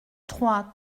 trois